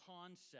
concept